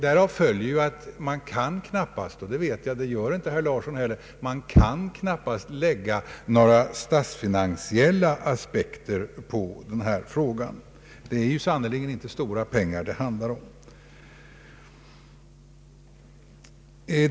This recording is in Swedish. Därav följer att man knappast kan lägga några statsfinansiella aspekter på denna fråga, och det gör inte heller herr Larsson. Det är sannerligen inte stora pengar det handlar om.